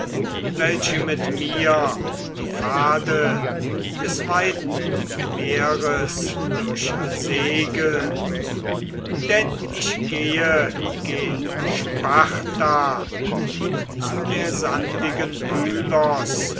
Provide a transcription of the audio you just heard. welche mit mir die pfade des weiten meeres durchsegeln denn ich gehe gen sparta und zu der sandigen